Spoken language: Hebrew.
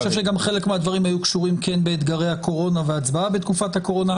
חלק מהדברים היו קשורים באתגרי הקורונה וההצבעה בתקופת הקורונה.